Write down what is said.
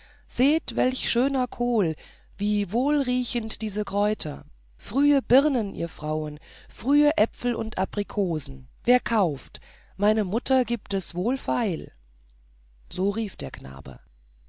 seht welch schöner kohl wie wohlriechend diese kräuter frühe birnen ihr frauen frühe äpfel und aprikosen wer kauft meine mutter gibt es wohlfeil so rief der knabe